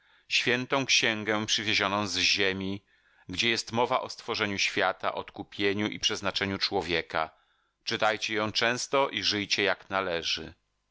świętą księgę przywiezioną z ziemi gdzie jest mowa o stworzeniu świata odkupieniu i przeznaczeniu człowieka czytajcie ją często i żyjcie jak należy